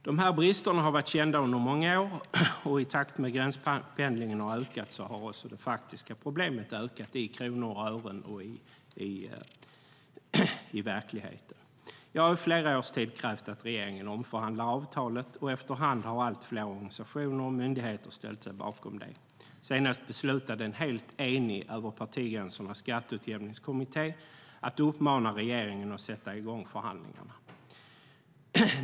De här bristerna har varit kända under många år, och i takt med att gränspendlingen har ökat har också det faktiska problemet ökat i kronor och ören. Jag har i flera års tid krävt att regeringen omförhandlar avtalet, och efterhand har allt fler organisationer och myndigheter ställt sig bakom det. Senast beslutade en över partigränserna helt enig skatteutjämningskommitté att uppmana regeringen att sätta i gång förhandlingarna.